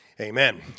Amen